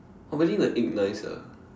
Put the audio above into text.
oh meaning the egg nice ah